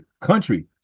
country